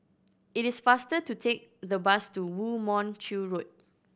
it is faster to take the bus to Woo Mon Chew Road